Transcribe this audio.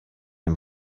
den